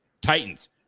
titans